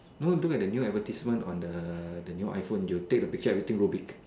no look at the new advertisement on the the new iPhone you take the picture of everything will be